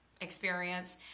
experience